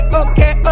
okay